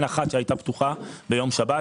אין אחת שהייתה פתוחה ביום שבת.